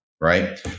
right